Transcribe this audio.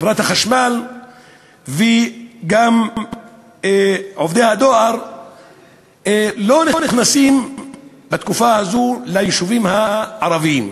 חברת החשמל וגם עובדי הדואר לא נכנסים בתקופה הזאת ליישובים הערביים,